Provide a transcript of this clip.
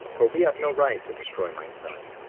for we have no right to destroy my son,